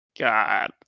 God